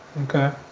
Okay